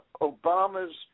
Obama's